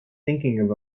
thinking